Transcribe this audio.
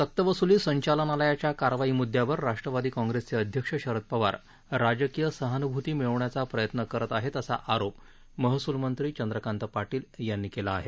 सक्तवस्ली संचालनालयाच्या कारवाई म्द्यावर राष्ट्रवादी काँग्रेसचे अध्यक्ष शरद पवार राजकीय सहानभ्ती मिळवण्याचा प्रयत्न करत आहेत असा आरोप महस्लमंत्री चंद्रकांत पाटील यांनी केलं आहे